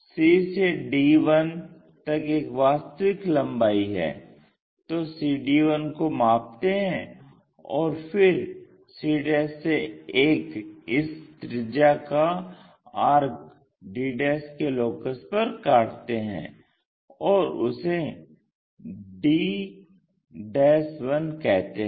c से d1 तक यह वास्तविक लम्बाई है तो cd1 को मापते हैं और फिर c से एक इस त्रिज्या का आर्क d के लोकस पर काटते हैं और उसे d1 कहते हैं